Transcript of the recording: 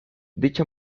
dicha